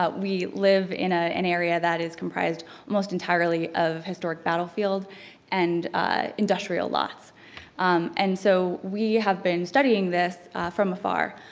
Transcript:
ah we live in ah an area that is comprised most entirely of historic battlefield and industrial lots and so we have been studying this from afar.